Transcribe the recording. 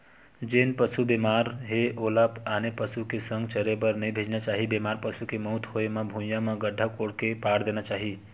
जेन पसु बेमार हे ओला आने पसु के संघ चरे बर नइ भेजना चाही, बेमार पसु के मउत होय म भुइँया म गड्ढ़ा कोड़ के पाट देना चाही